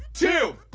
two,